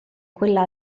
quella